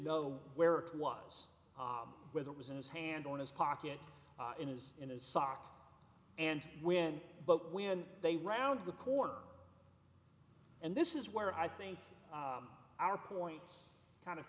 know where it was whether it was in his hand on his pocket in his in his sock and when but when they round the corner and this is where i think our points kind of